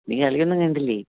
നീ കളിയൊന്നും കണ്ടില്ലേ